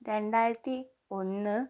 രണ്ടായിരത്തി ഒന്ന്